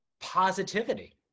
positivity